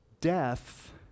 death